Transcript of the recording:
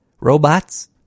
Robots